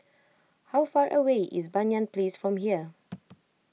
how far away is Banyan Place from here